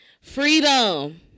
Freedom